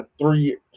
three